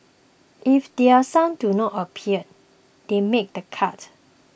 if their sons do not appear they made the cut